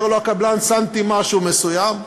אומר לו הקבלן: שמתי משהו מסוים.